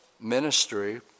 ministry